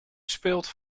speelt